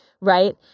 Right